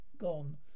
gone